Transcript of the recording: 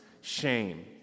shame